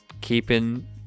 keeping